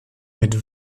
mit